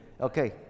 Okay